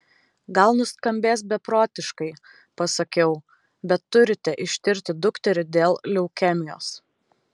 gal nuskambės beprotiškai pasakiau bet turite ištirti dukterį dėl leukemijos